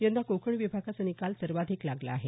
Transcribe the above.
यंदा कोकण विभागाचा निकाल सर्वाधिक लागला आहे